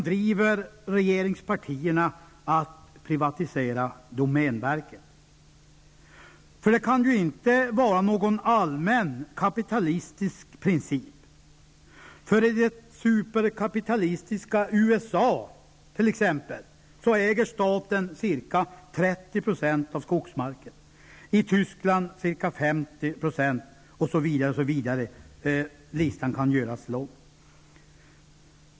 Det kan inte vara någon allmän kapitalistisk princip. I det superkapitalistiska USA äger staten ca 30 % av skogsmarken, i Tyskland ca 50 % osv. Listan kan göras lång.